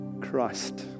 Christ